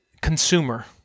consumer